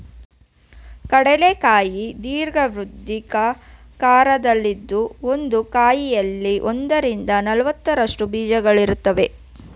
ಕಡ್ಲೆ ಕಾಯಿ ದೀರ್ಘವೃತ್ತಾಕಾರದಲ್ಲಿದ್ದು ಒಂದು ಕಾಯಲ್ಲಿ ಒಂದರಿಂದ ನಾಲ್ಕರಷ್ಟು ಬೀಜಗಳಿರುತ್ವೆ